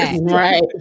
right